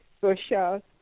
social